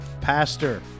Pastor